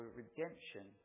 redemption